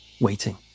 waiting